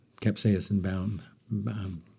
capsaicin-bound